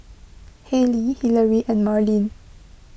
Hailey Hillery and Marlin